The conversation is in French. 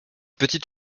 petite